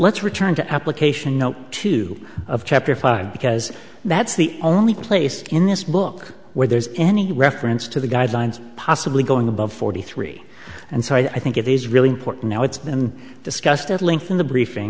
let's return to application no two of chapter five because that's the only place in this book where there's any reference to the guidelines possibly going above forty three and so i think it is really important how it's been discussed at length in the briefing